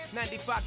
95